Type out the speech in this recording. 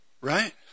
right